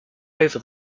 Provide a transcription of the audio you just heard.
over